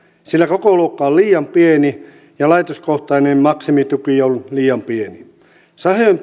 sillä kokoluokka on liian pieni ja laitoskohtainen maksimituki on liian pieni sahojen